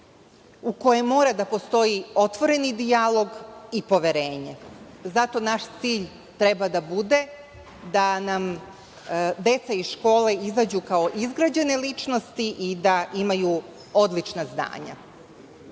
u kojem mora da postoji otvoreni dijalog i poverenje. Zato naš cilj treba da bude da nam deca iz škole izađu kao izgrađene ličnosti i da imaju odlična znanja. Zbog